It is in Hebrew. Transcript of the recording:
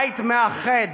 בית מאחד,